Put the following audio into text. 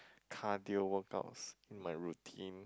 cardio workouts my routine